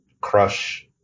crush